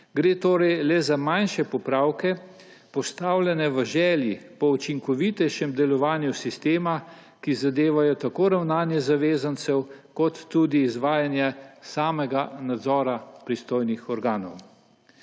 Gre torej le za manjše popravke, postavljene v želji po učinkovitejšem delovanju sistema, ki zadevajo tako ravnanje zavezancev kot tudi izvajanje samega nadzora pristojnih organov.